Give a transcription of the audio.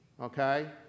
Okay